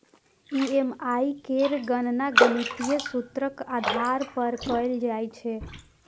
EMI केर गणना गणितीय सूत्रक आधार पर कैल जाइ छै